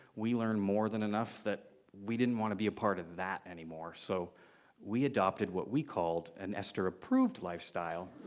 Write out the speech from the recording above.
we learned more than enough that we didn't want to be part of that anymore, so we adopted what we called an esther-approved lifestyle.